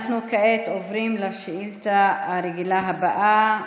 אנחנו כעת עוברים לשאילתה הרגילה הבאה,